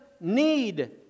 need